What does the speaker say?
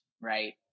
right